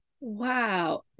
Wow